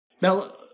Now